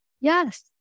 Yes